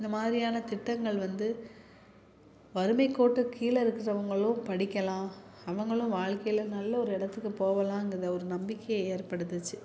இந்த மாதிரியான திட்டங்கள் வந்து வறுமைக்கோட்டுக்கு கீழே இருக்கிறவங்களும் படிக்கலாம் அவங்களும் வாழ்க்கையில் நல்ல ஒரு இடத்துக்கு போகலாங்கிதை ஒரு நம்பிக்கை ஏற்படுத்துச்சு